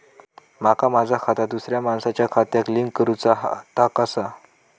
माका माझा खाता दुसऱ्या मानसाच्या खात्याक लिंक करूचा हा ता कसा?